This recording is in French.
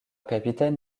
capitaine